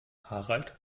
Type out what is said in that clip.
harald